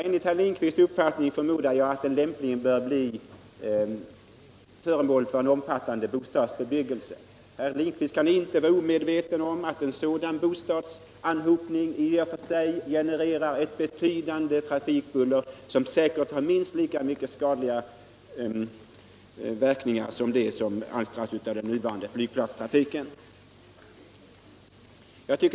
Enligt herr Lindkvists uppfattning bör området, förmodar jag, bli föremål för en omfattande bostadsbebyggelse. Herr Lindkvist kan inte vara omedveten om att en sådan bostadsanhopning i och för sig genererar ett betydande trafikbuller, som säkert har minst lika skadliga verkningar som det som alstras av den nuvarande flygtrafiken.